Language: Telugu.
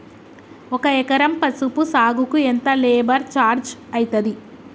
ఒక ఎకరం పసుపు సాగుకు ఎంత లేబర్ ఛార్జ్ అయితది?